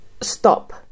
stop